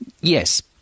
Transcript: Yes